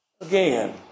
again